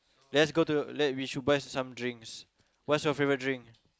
let's go to let we should buy some drinks what's your favourite drink